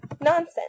Nonsense